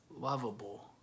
lovable